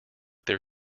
their